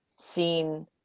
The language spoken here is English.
seen